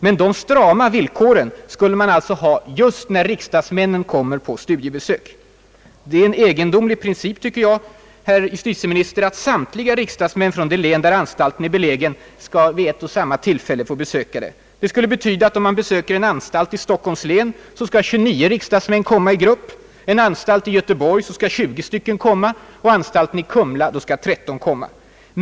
Men de »strama villkoren» skulle man alltså ha just när riksdagsmännen kommer på studiebesök. Det är en egendomlig princip tycker jag, herr justitieminister, att samtliga riksdagsmän från det län där anstalten är belägen skall vid ett och samma tillfälle få besöka den. Det skulle betyda, att vid besök på en anstalt i Stockholms län skall 29 riksdagsmän komma i grupp, vid besök på en anstalt i Göteborg skall 20 stycken komma, och när det gäller anstalten i Kumla skulle det alltså vara 13 riksdagsmän.